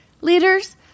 Leaders